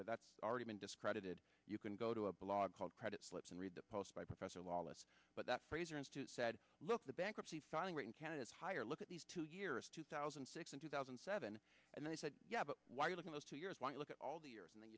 but that's already been discredited you can go to a blog called credit slips and read the post by professor lawless but that fraser institute said look the bankruptcy filing rate in canada's higher look at these two years two thousand and six and two thousand and seven and they said yeah but why you look at those two years why you look at all the years and then